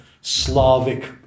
Slavic